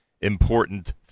important